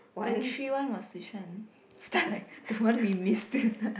the tree one was which one stun like the one we missed it